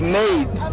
made